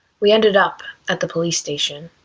we ended up at the police station.